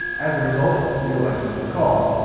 as a result, new elections were called.